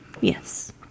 Yes